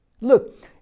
Look